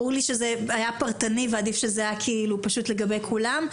ברור לי שזה היה פרטני ועדיף שזה היה פשוט לגבי כולם.